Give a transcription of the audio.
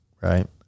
right